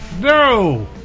No